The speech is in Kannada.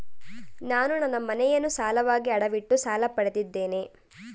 ನಾನು ನನ್ನ ಮನೆಯನ್ನು ಸಾಲವಾಗಿ ಅಡವಿಟ್ಟು ಸಾಲ ಪಡೆದಿದ್ದೇನೆ